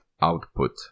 output